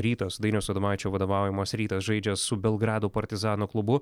rytas dainiaus adomaičio vadovaujamas rytas žaidžia su belgrado partizano klubu